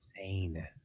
insane